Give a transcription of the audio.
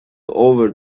over